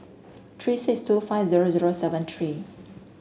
three six two five zero zero seven three